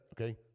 okay